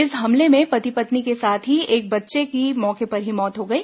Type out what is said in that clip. इस हमले में पति पत्नी के साथ ही एक बच्चे की मौके पर ही मौत हो गई